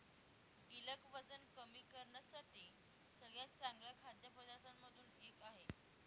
गिलक वजन कमी करण्यासाठी सगळ्यात चांगल्या खाद्य पदार्थांमधून एक आहे